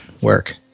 work